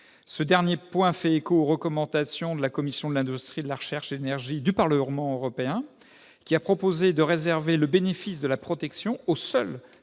Ce dernier point fait écho aux recommandations de la commission de l'industrie, de la recherche et de l'énergie du Parlement européen, qui a proposé de réserver le bénéfice de la protection aux seules